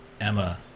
Emma